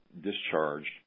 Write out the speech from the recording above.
discharged